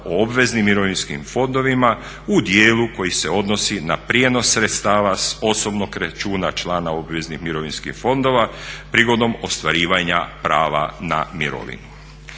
o obveznim mirovinskim fondovima u dijelu koji se odnosi na prijenos sredstava s osobnog računa člana obveznih mirovinskih fondova prigodom ostvarivanja prava na mirovinu.